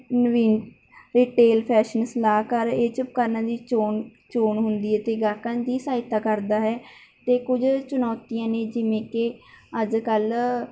ਨਵੀਨ retail fashion ਸਲਾਹਕਾਰ ਇਹ 'ਚ ਉਪਕਰਨਾਂ ਦੀ ਚੋਣ ਚੋਣ ਹੁੰਦੀ ਹੈ ਅਤੇ ਗਾਹਕਾਂ ਦੀ ਸਹਾਇਤਾ ਕਰਦਾ ਹੈ ਅਤੇ ਕੁਝ ਚੁਣੌਤੀਆਂ ਨੇ ਜਿਵੇਂ ਕਿ ਅੱਜ ਕੱਲ੍ਹ